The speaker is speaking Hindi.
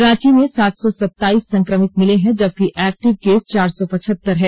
रांची में सात सौ सताईस संक्रमित मिले हैं जबकि एक्टिव केस चार सौ पचहत्तर है